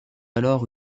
alors